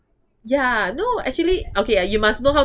ya no actually okay ah you must know how